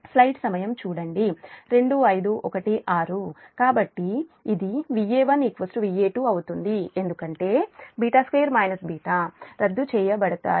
కాబట్టి ఇది Va1Va2 అవుతుంది ఎందుకంటే β2 β β2 β రద్దు చేయబడతాయి